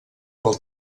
pel